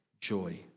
joy